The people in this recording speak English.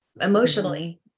emotionally